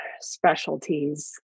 specialties